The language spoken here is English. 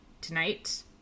tonight